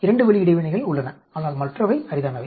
2 வழி இடைவினைகள் உள்ளன ஆனால் மற்றவை அரிதானவை